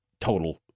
total